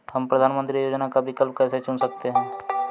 हम प्रधानमंत्री योजनाओं का विकल्प कैसे चुन सकते हैं?